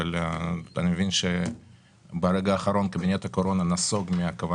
אני מבין שברגע האחרון קבינט הקורונה נסוג מהכוו